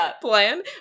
plan